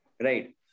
right